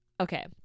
okay